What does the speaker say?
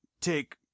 take